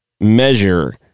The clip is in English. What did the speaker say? measure